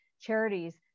charities